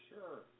Sure